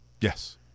yes